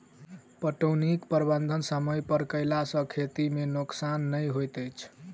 पटौनीक प्रबंध समय पर कयला सॅ खेती मे नोकसान नै होइत अछि